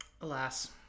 alas